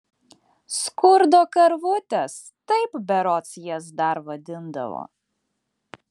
skurdo karvutės taip berods jas dar vadindavo